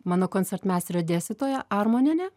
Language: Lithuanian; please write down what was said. mano koncertmeisterė dėstytoja armonienė